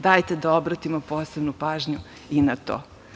Dajte da obratimo posebnu pažnju i na to.